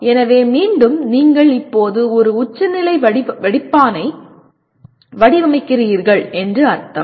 எனவே மீண்டும் நீங்கள் இப்போது ஒரு உச்சநிலை வடிப்பானை வடிவமைக்கிறீர்கள் என்று அர்த்தம்